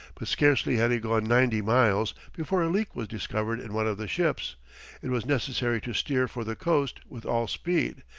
but scarcely had he gone ninety miles before a leak was discovered in one of the ships it was necessary to steer for the coast with all speed,